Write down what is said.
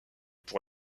pour